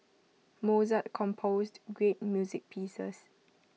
Mozart composed great music pieces